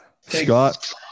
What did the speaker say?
Scott